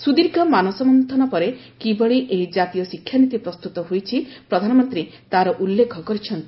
ସୁଦୀର୍ଘ ମାନସ ମନ୍ତନ ପରେ କିଭଳି ଏହି ଜାତୀୟ ଶିକ୍ଷାନୀତି ପ୍ରସ୍ତୁତ ହୋଇଛି ପ୍ରଧାନମନ୍ତ୍ରୀ ତାର ଉଲ୍ଲେଖ କରିଛନ୍ତି